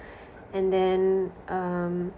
and then um